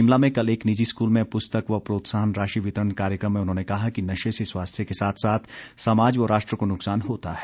शिमला में कल एक निजी स्कूल में पुस्तक व प्रोत्साहन राशि वितरण कार्यक्रम में उन्होंने कहा कि नशे से स्वास्थ्य के साथ साथ समाज व राष्ट्र को नुकसान होता है